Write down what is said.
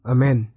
Amen